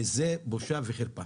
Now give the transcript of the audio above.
וזה בושה וחרפה.